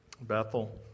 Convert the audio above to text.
Bethel